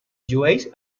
llueix